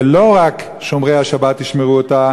ולא רק שומרי השבת ישמרו אותה,